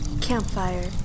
Campfire